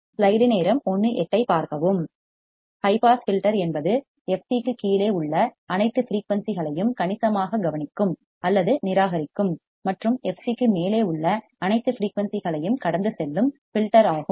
high pass filter என்பது fc க்குக் கீழே உள்ள அனைத்து ஃபிரீயூன்சிகளையும் கணிசமாகக் கவனிக்கும் அல்லது நிராகரிக்கும் மற்றும் fc க்கு மேலே உள்ள அனைத்து ஃபிரீயூன்சிகளையும் கடந்து செல்லும் ஃபில்டர் ஆகும்